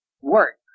work